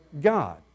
God